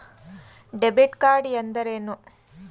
Debit card ಎಂದರೇನು?